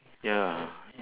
ya